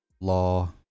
law